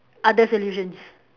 other solutions